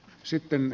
sitten